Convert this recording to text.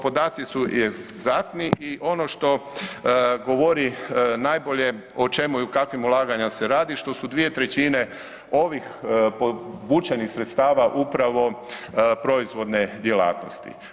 Podaci su egzaktni i ono što govori najbolje, o čemu i kakvim ulaganjima se radi, što su 2/3 ovih povučenih sredstava upravo proizvodne djelatnosti.